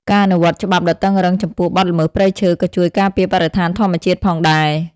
ការអនុវត្តច្បាប់ដ៏តឹងរ៉ឹងចំពោះបទល្មើសព្រៃឈើក៏ជួយការពារបរិស្ថានធម្មជាតិផងដែរ។